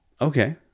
Okay